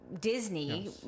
Disney